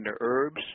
herbs